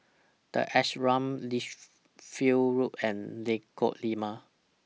The Ashram Lichfield Road and Lengkok Lima